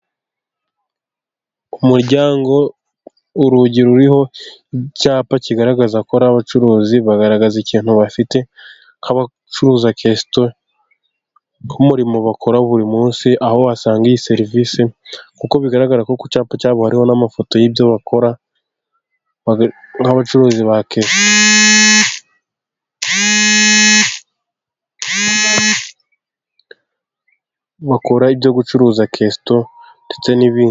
Umuryango, urugi ruriho icyapa kigaragaza ko ari abacuruzi, bagaragaza ikintu bafite nk'abacuruza kesito, nk'umurimo bakora buri munsi, aho wasanga serivisi bigaragara n'amafoto y'ibyo bakora nk'abacuruzi ba kenkayori.